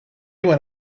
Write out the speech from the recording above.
went